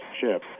ship